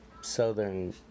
southern